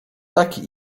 taki